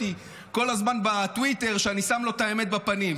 אותי כל הזמן בטוויטר כשאני שם לו את האמת בפנים.